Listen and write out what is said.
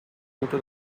into